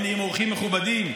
הם נהיים אורחים מכובדים.